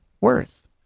worth